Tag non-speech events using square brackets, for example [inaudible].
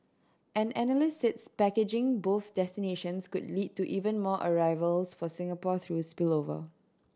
an analyst said [unintelligible] packaging both destinations could lead to even more arrivals for Singapore through spillover